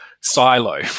silo